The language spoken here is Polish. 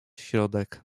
środek